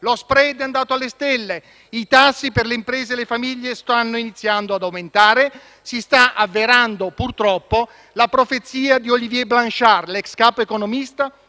lo *spread* è andato alle stelle; i tassi per le imprese e le famiglie stanno iniziando ad aumentare. Si sta avverando purtroppo la profezia di Olivier Blanchard, l'ex capo economista